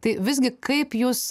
tai visgi kaip jūs